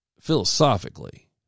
philosophically